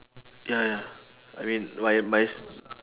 ya ya I mean my my